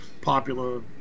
popular